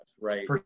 right